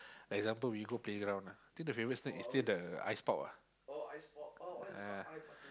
like example we go playground I think the favorite snack is still the ice pop